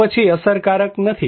કે પછી અસરકારક નથી